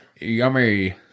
Yummy